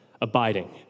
abiding